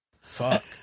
fuck